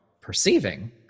perceiving